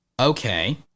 Okay